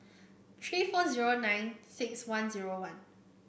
three four zero nine six one zero one